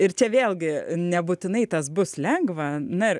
ir čia vėlgi nebūtinai tas bus lengva na ir